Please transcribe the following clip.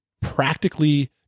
practically